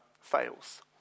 fails